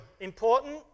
Important